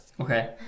Okay